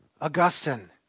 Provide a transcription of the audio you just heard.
Augustine